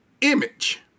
image